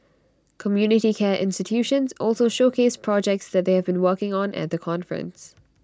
community care institutions also showcased projects that they have been working on at the conference